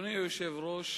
אדוני היושב-ראש,